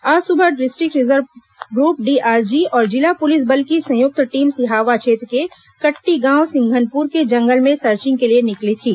आज सुबह district reserve group DRG और जिला पुलिस बल की संयुक्त टीम सिहावा क्षेत्र के कट्टीगांव सिंघनपुर के जंगल में सर्चिंग के लिए निकली थी